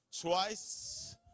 Twice